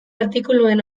artikuluen